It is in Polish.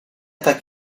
tak